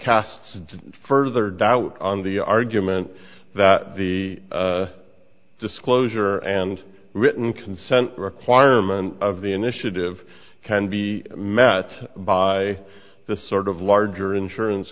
do further doubt on the argument that the disclosure and written consent requirement of the initiative can be met by the sort of larger insurance